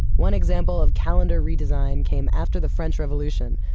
one example of calendar redesign came after the french revolution.